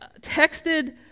texted